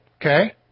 okay